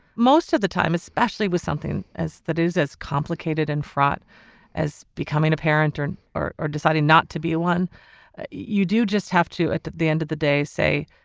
most of the time especially with something as that is as complicated and fraught as becoming a parent or an or or deciding not to be one you do just have to at the the end of the day say